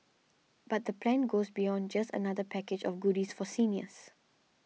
but the plan goes beyond just another package of goodies for seniors